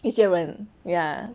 一些人 ya